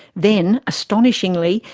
then, astonishingly,